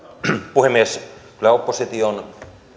puhemies kyllä opposition